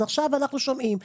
אז עכשיו אנחנו שומעים.